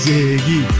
Ziggy